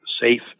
safe